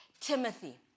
Timothy